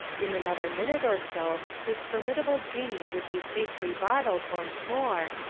in another minute or so this formidable jinnee would be safely bottled once more,